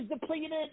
depleted